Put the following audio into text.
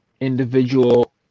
individual